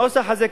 הנוסח הזה,